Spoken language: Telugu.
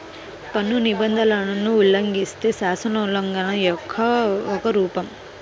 పన్ను నిబంధనలను ఉల్లంఘిస్తే, శాసనోల్లంఘన యొక్క ఒక రూపం